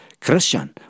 Christian